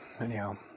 anyhow